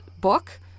book